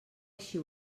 així